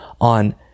on